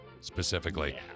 Specifically